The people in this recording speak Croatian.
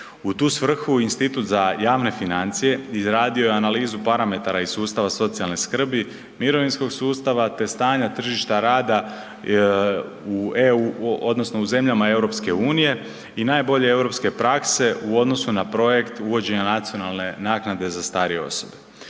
U tu svrhu institut za javne financije izradio je analizu parametara iz sustava socijalne skrbi, mirovinskog sustava te stanja tržišta rada u zemljama EU i najbolje europske prakse u odnosu na projekt uvođenja nacionalne naknade za starije osobe.